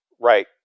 Right